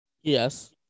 Yes